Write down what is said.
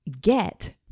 get